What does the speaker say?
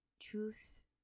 truth